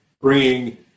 bringing